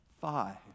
Five